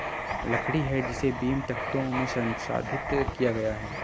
लकड़ी है जिसे बीम, तख्तों में संसाधित किया गया है